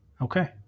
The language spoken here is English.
Okay